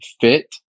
fit